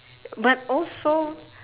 but also